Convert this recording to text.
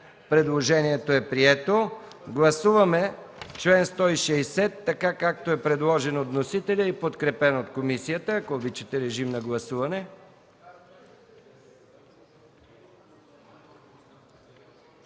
Предложението е прието. Гласуваме чл. 160, както е предложен от вносителя, подкрепен от комисията. Ако обичате, режим на гласуване.